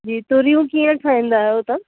जी तूरियूं कीअं ठाहींदा आहियो तव्हां